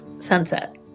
Sunset